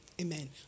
Amen